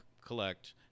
collect